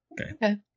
Okay